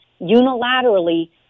unilaterally